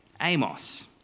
Amos